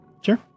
Sure